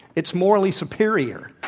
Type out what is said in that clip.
it's morally superior.